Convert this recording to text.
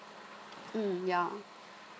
mm yeah